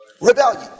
rebellion